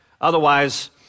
Otherwise